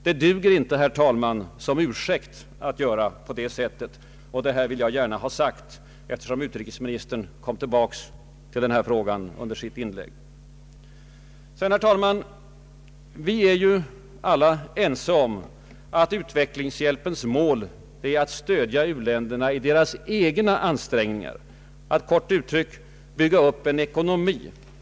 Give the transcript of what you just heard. Det duger inte, herr talman, som ursäkt att göra på det sättet. Herr talman! Vi är alla ense om att utvecklingshjälpens mål är att stödja u-länderna i deras egna ansträngningar att, kort uttryckt, bygga upp en ekonomi.